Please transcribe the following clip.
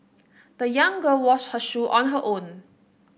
the young girl washed her shoe on her own